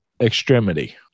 extremity